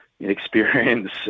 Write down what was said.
experience